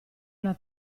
una